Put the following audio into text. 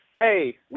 Hey